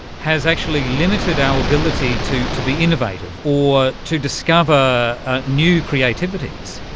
has actually limited our ability to to be innovative or to discover new creativities?